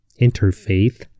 interfaith